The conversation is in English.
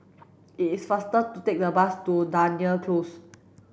is faster to take the bus to Dunearn Close